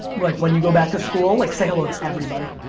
like, when you go back to school, like, say hello to everybody.